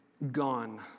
Gone